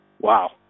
wow